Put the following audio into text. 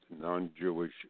non-Jewish